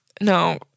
No